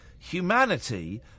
Humanity